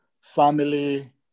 family